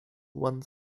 one